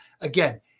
again